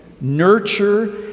nurture